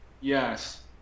Yes